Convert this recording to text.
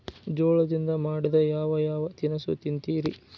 ಜೋಳದಿಂದ ಮಾಡಿದ ಯಾವ್ ಯಾವ್ ತಿನಸು ತಿಂತಿರಿ?